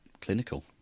clinical